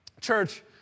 Church